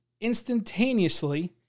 instantaneously